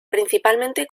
principalmente